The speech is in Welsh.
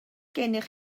gennych